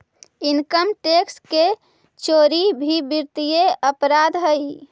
income tax के चोरी भी वित्तीय अपराध हइ